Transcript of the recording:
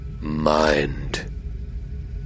Mind